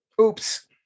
Oops